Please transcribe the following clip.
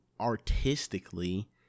artistically